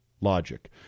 logic